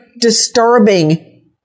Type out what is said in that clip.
disturbing